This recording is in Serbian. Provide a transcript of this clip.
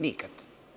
Nikada.